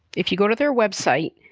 if you go to their website,